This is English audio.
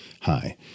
Hi